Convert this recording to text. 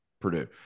Purdue